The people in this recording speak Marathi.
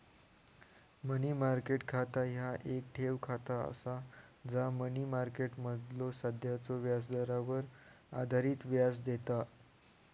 मनी मार्केट खाता ह्या येक ठेव खाता असा जा मनी मार्केटमधलो सध्याच्यो व्याजदरावर आधारित व्याज देता